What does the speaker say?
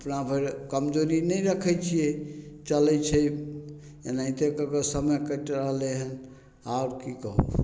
अपना भरि कमजोरी नहि रखय छियै चलय छै एनाहिते कए कऽ समय कटि रहलैहँ आओर की कहू